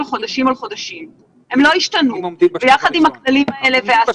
כי גם את